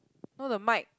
no the mic